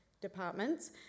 departments